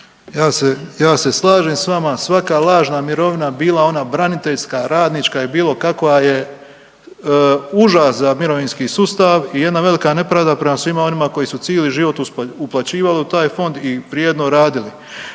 ja se slažem s vama, svaka lažna mirovina bila ona braniteljska, radnička i bilo kakva je užas za mirovinski sustav i jedna velika nepravda prema svima onima koji su cili život uplaćivali u taj fond i vrijedno radili.